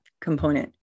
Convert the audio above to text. component